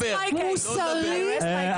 במדינה מערבית,